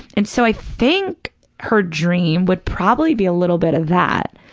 and so i think her dream would probably be a little bit of that,